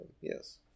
yes